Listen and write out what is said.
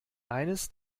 eines